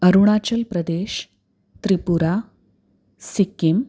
Arunachal Pradesh Tripura Sikkim